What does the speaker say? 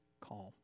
calm